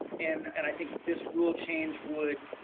and and i think this rule change would